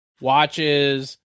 Watches